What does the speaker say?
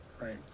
right